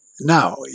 Now